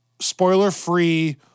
spoiler-free